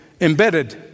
embedded